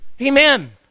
amen